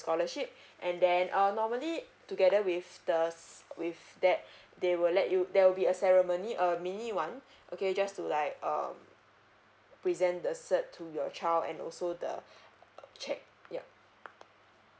scholarship and then uh normally together with the s~ with that they will let you there will be a ceremony a mini one okay just to like um present the cert to your child and also the cheque yup